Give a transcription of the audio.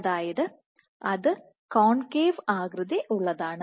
അതായത് അത് കോൺകേവ് ആകൃതി ഉള്ളതാണ്